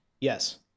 Yes